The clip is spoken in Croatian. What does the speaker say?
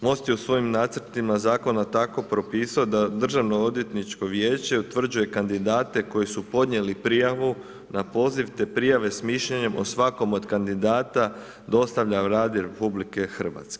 MOST u svojim nacrtima zakona tako propisao da Državnoodvjetničko vijeće utvrđuje kandidate koji su podnijeli prijavu na poziv te prijave s mišljenjem o svakom od kandidata dostavlja Vladi RH.